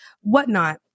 whatnot